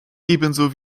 ebenso